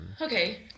Okay